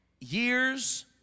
years